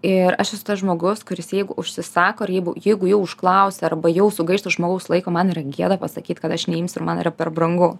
ir aš esu tas žmogus kuris jeigu užsisako ir jeigu jeigu jau užklausia arba jau sugaišta žmogaus laiko man yra gėda pasakyt kad aš neimsiu ir man yra per brangu